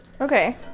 okay